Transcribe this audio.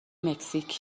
مکزیک